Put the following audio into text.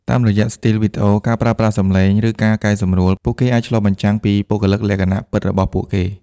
តាមរយៈស្ទីលវីដេអូ ការប្រើប្រាស់សំឡេង ឬការកែសម្រួល ពួកគេអាចឆ្លុះបញ្ចាំងពីបុគ្គលិកលក្ខណៈពិតរបស់ពួកគេ។